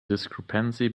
discrepancy